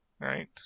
right